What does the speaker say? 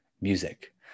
music